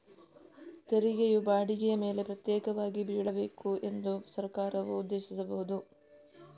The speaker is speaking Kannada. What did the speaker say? ತೆರಿಗೆಯು ಬಾಡಿಗೆಯ ಮೇಲೆ ಪ್ರತ್ಯೇಕವಾಗಿ ಬೀಳಬೇಕು ಎಂದು ಸರ್ಕಾರವು ಉದ್ದೇಶಿಸಬಹುದು